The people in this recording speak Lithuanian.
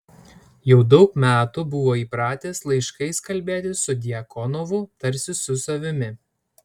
jau daug metų buvo įpratęs laiškais kalbėtis su djakonovu tarsi su savimi